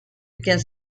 begins